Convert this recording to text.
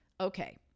Okay